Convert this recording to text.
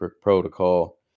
protocol